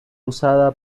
usada